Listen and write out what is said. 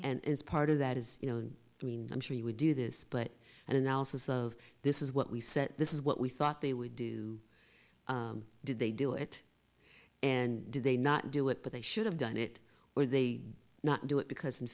and is part of that is you know i mean i'm sure you would do this but an analysis of this is what we said this is what we thought they would do did they do it and did they not do it but they should have done it or they not do it because in